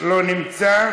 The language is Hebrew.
לא נמצא,